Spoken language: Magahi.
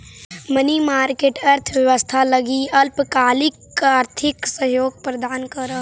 मनी मार्केट अर्थव्यवस्था लगी अल्पकालिक आर्थिक सहयोग प्रदान करऽ हइ